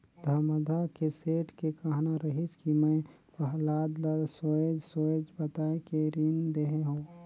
धमधा के सेठ के कहना रहिस कि मैं पहलाद ल सोएझ सोएझ बताये के रीन देहे हो